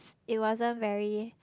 it wasn't very